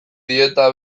dieta